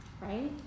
right